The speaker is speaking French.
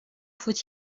faut